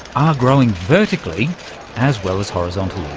are growing vertically as well as horizontally.